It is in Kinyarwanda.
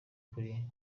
kuri